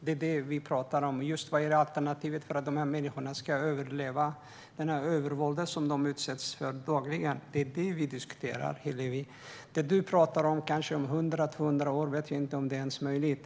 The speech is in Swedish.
Det är Irak vi talar om. Vad är alternativet för att de här människorna ska överleva det övervåld som de dagligen utsätts för? Det är det vi diskuterar, Hillevi. Det du talar om gäller kanske om 100 eller 200 år, och vi vet inte ens om det är möjligt.